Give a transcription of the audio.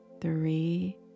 three